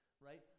Right